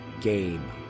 Game